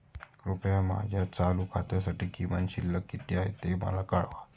कृपया माझ्या चालू खात्यासाठी किमान शिल्लक किती आहे ते मला कळवा